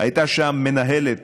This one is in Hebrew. הייתה שם מנהלת